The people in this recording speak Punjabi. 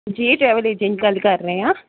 ਜੀ ਟਰੈਵਲ ਏਜ ਗੱਲ ਕਰ ਰਹੇ